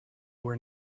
were